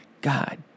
god